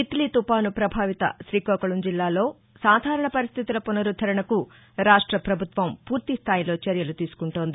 తిత్లీ తుపాను ప్రభావిత శ్రీకాకుళం జిల్లాలో సాధారణ పరిస్టితుల పునరుద్దరణకు రాష్ట ప్రభుత్వం పూర్తి స్థాయిలో చర్యలు తీసుకుంటోంది